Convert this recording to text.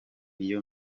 iyi